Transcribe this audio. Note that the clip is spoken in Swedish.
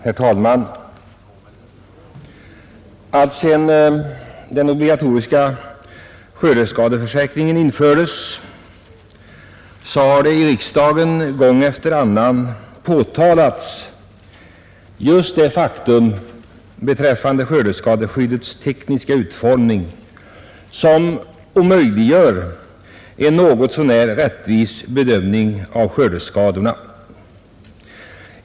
Herr talman! Alltsedan den obligatoriska skördeskadeförsäkringen infördes så har i riksdagen gång efter annan påtalats skördeskadeskyddets tekniska utformning, som omöjliggör en något så när rättvis bedömning av skördeskadorna.